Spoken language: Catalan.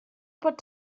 pot